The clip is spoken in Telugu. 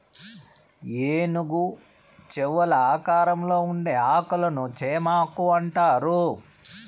ఏనుగు చెవుల ఆకారంలో ఉండే ఆకులను చేమాకు అంటారు